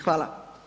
Hvala.